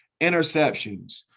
interceptions